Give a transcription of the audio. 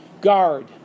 guard